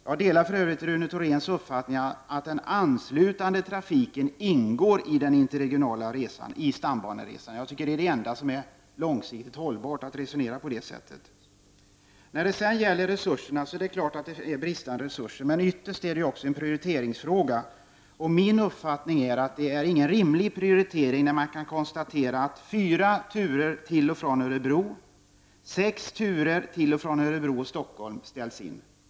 Jag delar för övrigt Rune Thoréns uppfattning att den anslutande trafiken ingår i den interregionala resan på stambanan. Att resonera på det sättet är det enda som är långsiktigt hållbart. Det är självfallet fråga om brist på resurser, men ytterst är det fråga om en prioritering. Min uppfattning är att prioriteringen inte är rimlig när man kan konstatera att fyra turer till och från Örebro och sex turer till och från Örebro och Stockholm ställs in.